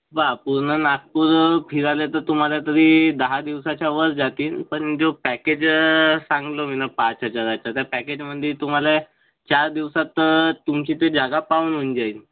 पहा पूर्ण नागपूर फिरायला तर तुम्हाला तरी दहा दिवसाच्या वर जातील पण जो पॅकेज सांगतो मी नं पाच हजारचा त्या पॅकेजमध्ये तुम्हाला चार दिवसाचं तुमची ते जागा पाहून होऊन जाईल